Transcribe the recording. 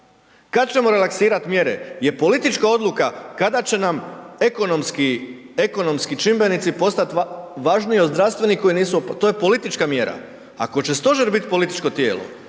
Kada ćemo relaksirati mjere je politička odluka, kada će nam ekonomski čimbenici postati važniji od zdravstvenih to je politička mjera. Ako će stožer biti političko tijelo